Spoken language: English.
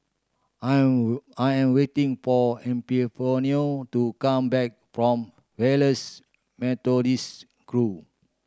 I'm I am waiting for Epifanio to come back from Wesley Methodist Grove